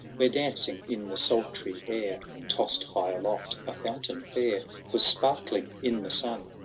where, dancing in the sultry air. tossed high aloft, a fountain fair was sparkling in the sun.